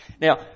Now